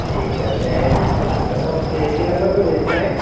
ठीक है मैं भेज रहा हूँ मैं आप के इसी नंबर पर भेजना है